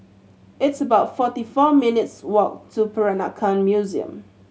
it's about forty four minutes' walk to Peranakan Museum